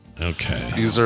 Okay